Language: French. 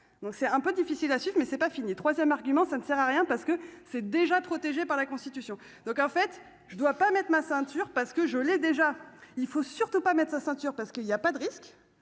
donc c'est un peu difficile à suivre, mais c'est pas fini 3ème argument, ça ne sert à rien, parce que c'est déjà protégé par la Constitution, donc en fait je ne dois pas mettre ma ceinture parce que je l'ai déjà il faut surtout pas mettre la ceinture parce qu'il y a pas de risque,